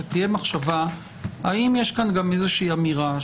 שתהיה מחשבה האם יש כאן גם איזושהי אמירה,